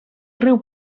riu